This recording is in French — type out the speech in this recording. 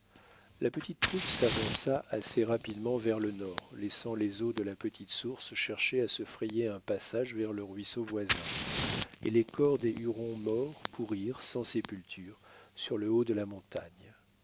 la petite troupe s'avança assez rapidement vers le nord laissant les eaux de la petite source chercher à se frayer un passage vers le ruisseau voisin et les corps des hurons morts pourrir sans sépulture sur le haut de la montagne